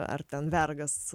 ar ten vergas